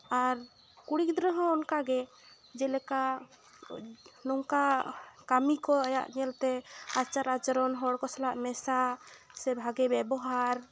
ᱟᱨ ᱠᱩᱲᱤ ᱜᱤᱫᱽᱨᱟᱹ ᱦᱚᱸ ᱚᱱᱠᱟᱜᱮ ᱡᱮᱞᱮᱠᱟ ᱱᱚᱝᱠᱟ ᱠᱟᱹᱢᱤ ᱠᱚ ᱟᱭᱟᱜ ᱧᱮᱞᱛᱮ ᱟᱪᱟᱨ ᱟᱪᱚᱨᱚᱱ ᱦᱚᱲ ᱥᱟᱞᱟᱜ ᱢᱮᱥᱟ ᱥᱮ ᱵᱷᱟᱜᱮ ᱵᱮᱵᱚᱦᱟᱨ